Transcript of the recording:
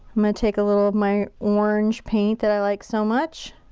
i'm gonna take a little of my orange paint that i like so much.